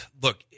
look